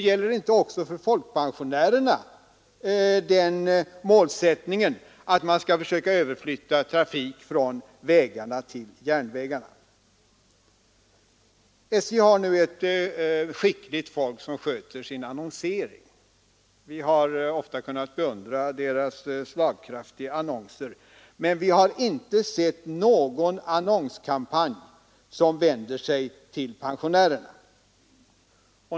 Gäller inte också för folkpensionärerna den målsättningen att man skall försöka överflytta trafik från vägarna till järnvägarna? SJ har skickligt folk som sköter sin annonsering. Vi har ofta kunnat beundra de slagkraftiga annonserna, men vi har inte sett någon annonskampanj som vänt sig till pensionärerna.